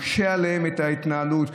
מקשה עליהם את ההתנהלות.